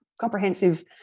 comprehensive